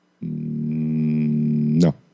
No